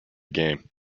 game